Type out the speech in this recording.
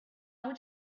would